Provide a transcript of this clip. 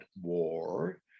war